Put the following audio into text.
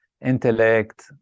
intellect